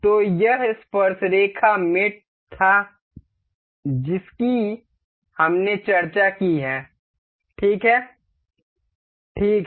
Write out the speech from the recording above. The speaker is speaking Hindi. तो यह स्पर्शरेखा मेट था जिसकी हमने चर्चा की है ठीक है ठीक है